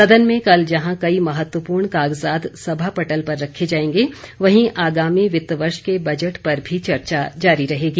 सदन में कल जहां कई महत्वपूर्ण कागज़ात सभा पटल पर रखे जाएंगे वहीं आगामी वित्त वर्ष के बजट पर भी चर्चा जारी रहेगी